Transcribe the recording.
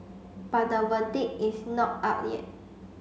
but the verdict is not out yet